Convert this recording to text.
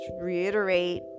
reiterate